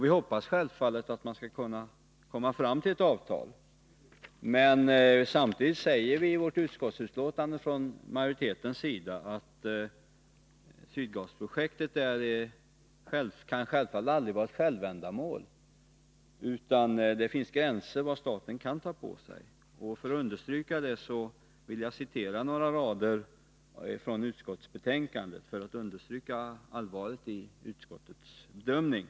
Vi hoppas självfallet att man skall kunna komma fram till ett avtal, men samtidigt säger vi i utskottsmajoriteten i betänkandet att Sydgasprojektet självfallet aldrig kan vara ett självändamål; det finns gränser för vad staten kan ta på sig. För att understryka allvaret i utskottets bedömning vill jag citera några rader ur utskottets betänkande.